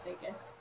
biggest